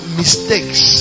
mistakes